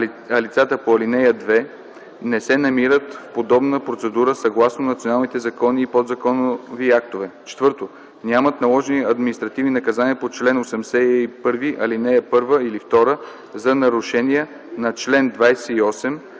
а лицата по ал. 2 - не се намират в подобна процедура съгласно националните закони и подзаконови актове; 4. нямат наложени административни наказания по чл. 81, ал. 1 или 2 за нарушения на чл. 28,